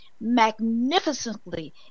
magnificently